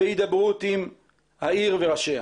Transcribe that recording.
בהידברות עם העירייה וראשיה.